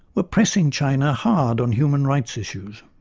was pressing china hard on human rights issues.